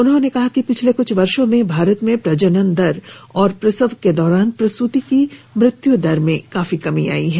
उन्होंने कहा कि पिछले कुछ वर्षो में भारत में प्रजनन दर और प्रसव के दौरान प्रसूति की मृत्यू दर में काफी कमी आई है